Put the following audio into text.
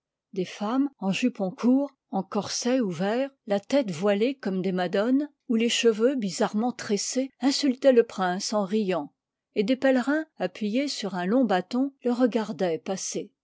des femmes en jupon court en corset ouvert la tête voilée comme des madones l ï art ou les cheveux bizarrement tressés insul liv il toient le prince en riant et des pèlerins appuyés sur un long bâton le regardoient passer